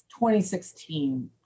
2016